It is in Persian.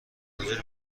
منظور